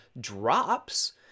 drops